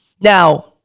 Now